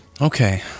Okay